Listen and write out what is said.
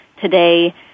today